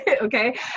okay